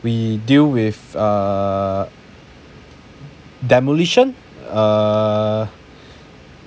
we deal with err demolition err